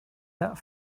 that